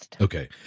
Okay